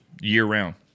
year-round